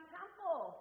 temple